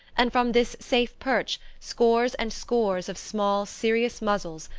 and from this safe perch scores and scores of small serious muzzles,